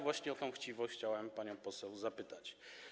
Właśnie o tę chciwość chciałem panią poseł zapytać.